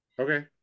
okay